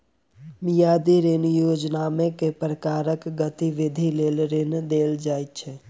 मियादी ऋण योजनामे केँ प्रकारक गतिविधि लेल ऋण देल जाइत अछि